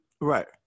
Right